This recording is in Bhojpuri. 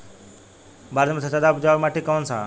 भारत मे सबसे ज्यादा उपजाऊ माटी कउन सा ह?